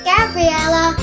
Gabriella